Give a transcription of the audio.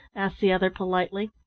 asked the other politely.